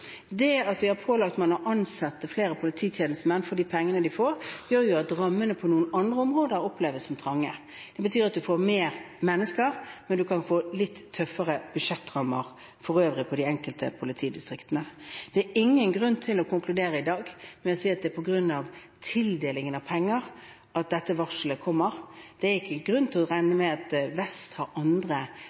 for de pengene man får, gjør at rammene oppleves som trange på andre områder. Det betyr at man får flere mennesker, men man kan få litt tøffere budsjettrammer for øvrig i de enkelte politidistriktene. Det er ingen grunn til å konkludere i dag med at det er på grunn av tildelingen av penger at dette varselet kommer. Det er ikke grunn til å regne med at vest har andre